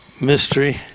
mystery